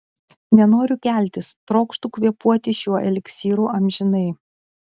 nenoriu keltis trokštu kvėpuoti šiuo eliksyru amžinai